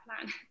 plan